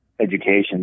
education